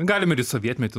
galim ir į sovietmetį